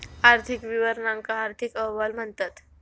आर्थिक विवरणांका आर्थिक अहवाल म्हणतत